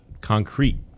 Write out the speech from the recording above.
concrete